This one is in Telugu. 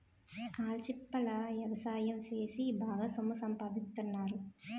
ఆల్చిప్పల ఎవసాయం సేసి బాగా సొమ్ము సంపాదిత్తన్నారు